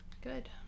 Good